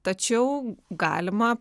tačiau galima